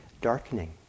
darkening